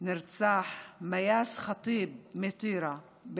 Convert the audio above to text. נרצח מיאס ח'טיב מטירה,